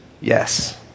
yes